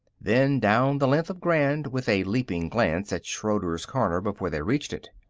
then down the length of grand with a leaping glance at schroeder's corner before they reached it.